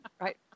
right